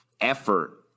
effort